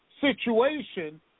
situation